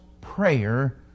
prayer